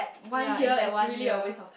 yea in that one year